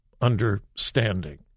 understanding